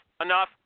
Enough